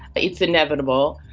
it's inevitable.